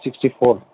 sixty four